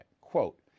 quote